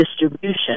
distribution